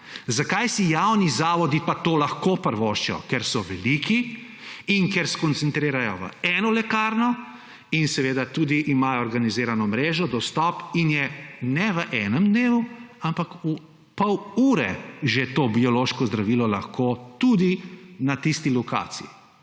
Zakaj si pa javni zavodi to lahko privoščijo? Ker so veliki in ker skoncentrirajo v eno lekarno in imajo tudi organizirano mrežo, dostop in je ne v enem dnevu, ampak v pol ure to biološko zdravilo že lahko tudi na tisti lokaciji.